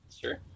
Sure